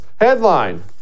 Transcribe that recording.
Headline